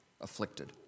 afflicted